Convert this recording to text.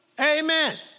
Amen